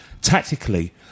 tactically